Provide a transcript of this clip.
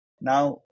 Now